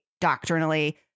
doctrinally